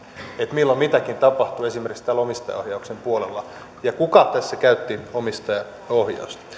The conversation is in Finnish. milloin mitäkin tapahtuu esimerkiksi täällä omistajaohjauksen puolella ja kuka tässä käytti omistajaohjausta